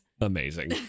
Amazing